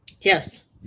Yes